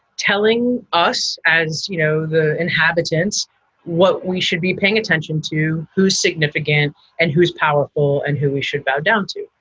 telling us as you know the inhabitants what we should be paying attention to, who's significant and who's powerful and who we should bow down to.